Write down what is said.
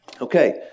Okay